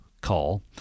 call